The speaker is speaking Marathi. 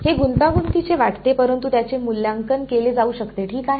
हे गुंतागुंतीचे वाटते परंतु त्याचे मूल्यांकन केले जाऊ शकते ठीक आहे